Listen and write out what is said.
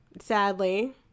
sadly